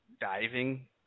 diving